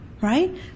right